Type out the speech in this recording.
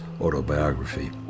autobiography